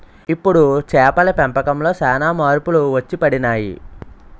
ఇప్పుడు చేపల పెంపకంలో సాన మార్పులు వచ్చిపడినాయి